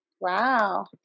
Wow